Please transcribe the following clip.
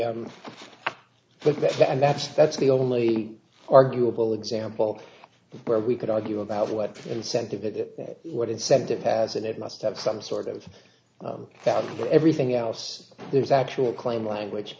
but that's that's the only arguable example where we could argue about what incentive that what incentive has and it must have some sort of bad for everything else there's actual claim language